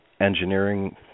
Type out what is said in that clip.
engineering